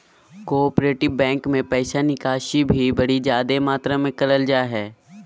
cooperative bank मे पैसा निकासी भी बड़ी जादे मात्रा मे करल जा हय